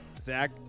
zach